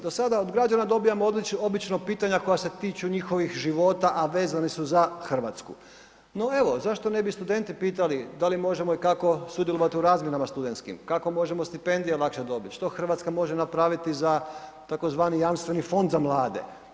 Do sada od građana dobivamo obično pitanja koja se tiču njihovih života, a vezane su za Hrvatsku, no evo, zašto ne bi studenti pitali da li možemo i kako sudjelovati u razmjenama studentskim, kako možemo stipendije lakše dobiti, što Hrvatska može napraviti tzv. jamstveni fond za mlade?